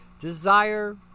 desire